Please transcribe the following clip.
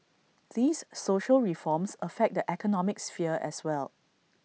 these social reforms affect the economic sphere as well